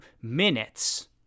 minutes